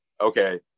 okay